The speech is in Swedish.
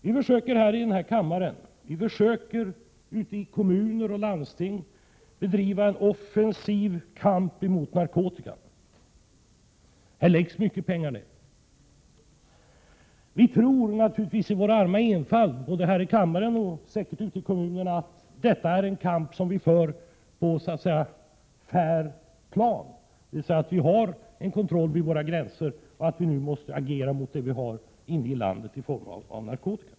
Vi försöker i denna kammare, liksom man gör i kommuner och landsting, bedriva en offensiv kamp mot narkotikan. Här läggs mycket pengar ned. Vi tror naturligtvis i vår arma enfald, här i kammaren och säkert också ute i kommunerna, att detta är en kamp som vi för på en ”fair” plan, det vill säga att det görs en kontroll vid Sveriges gränser. Vi måste också agera mot det som finns inne i landet i form av narkotika.